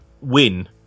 win